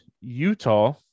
Utah